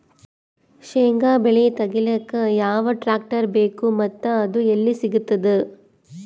ಶೇಂಗಾ ಬೆಳೆ ತೆಗಿಲಿಕ್ ಯಾವ ಟ್ಟ್ರ್ಯಾಕ್ಟರ್ ಬೇಕು ಮತ್ತ ಅದು ಎಲ್ಲಿ ಸಿಗತದ?